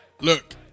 Look